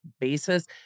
basis